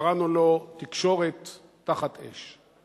וקראנו לו "תקשורת תחת אש".